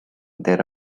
there